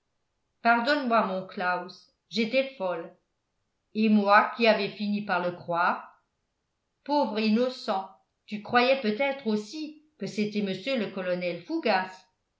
pardonne-moi mon claus j'étais folle et moi qui avais fini par le croire pauvre innocent tu croyais peut-être aussi que c'était mr le colonel fougas